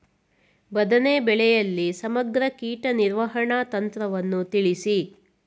ಬದನೆ ಬೆಳೆಯಲ್ಲಿ ಸಮಗ್ರ ಕೀಟ ನಿರ್ವಹಣಾ ತಂತ್ರವನ್ನು ತಿಳಿಸಿ?